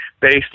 based